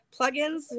plugins